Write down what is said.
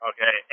Okay